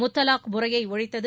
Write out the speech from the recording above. முத்தலாக் முறையை ஒழித்தது